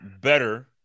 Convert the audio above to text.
better